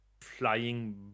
flying